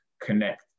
connect